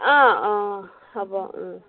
অঁ অঁ হ'ব